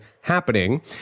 happening